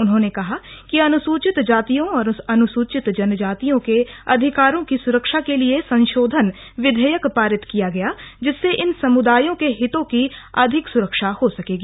उन्होंने कहा कि अनुसूचित जातियों और अनुसूचित जनजातियों के अधिकारों की सुरक्षा के लिए संशोधन विधेयक पारित किया गया जिससे इन समुदायों के हितों की अधिक सुरक्षा हो सकेगी